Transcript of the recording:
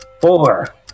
Four